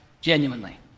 genuinely